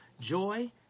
joy